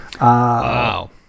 Wow